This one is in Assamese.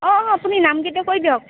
অঁ অঁ আপুনি নামকেইটা কৈ দিয়ক